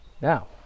Now